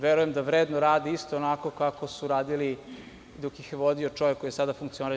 Verujem da vredno rade isto onako kako su radili dok ih je vodio čovek koji je sada funkcioner DS.